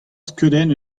skeudenn